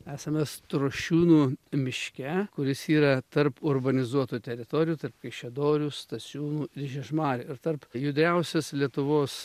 esame strošiūnų miške kuris yra tarp urbanizuotų teritorijų tarp kaišiadorių stasiūnų žiežmarių ir tarp judriausios lietuvos